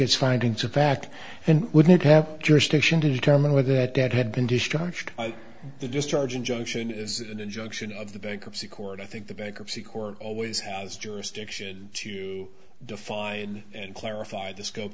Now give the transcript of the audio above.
its findings of fact and wouldn't have jurisdiction to determine whether that that had been discharged the discharge injunction is an injunction of the bankruptcy court i think the bankruptcy court always has jurisdiction to define and clarify the scope